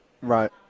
Right